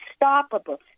unstoppable